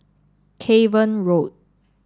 Cavan Road